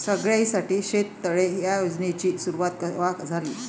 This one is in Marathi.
सगळ्याइसाठी शेततळे ह्या योजनेची सुरुवात कवा झाली?